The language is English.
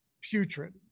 putrid